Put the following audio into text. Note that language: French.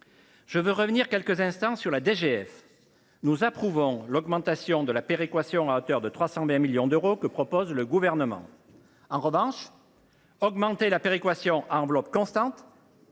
Je souhaite revenir quelques instants sur le sujet de la DGF. Nous approuvons l’augmentation de la péréquation à hauteur de 320 millions d’euros que propose le Gouvernement. En revanche, accroître la péréquation à enveloppe constante